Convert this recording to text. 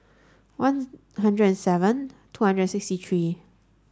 one hundred and seven two hundred and sixty three